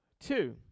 two